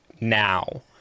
now